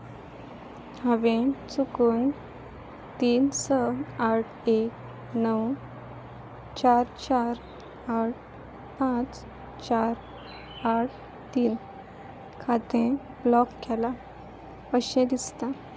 हांवें चुकून तीन स आठ एक णव चार चार आठ पांच चार आठ तीन खातें ब्लॉक केलां अशें दिसता